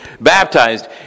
baptized